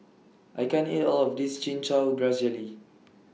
I can't eat All of This Chin Chow Grass Jelly